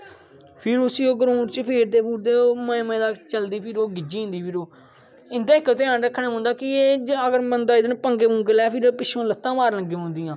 फिर उसी ओह् ग्रांउड च फेरदे फोरदे मजे मजे दा चलदी फिर ओह् गिज्झी जंदी फिर ओह् इंदा इक घ्यान रक्खना पौैदा कि एह् अगर बंदा एहदे कन्ने पंगे पोंगे लै फिर एह् पिच्छुआं लत्तां मारन लगी पौंदियां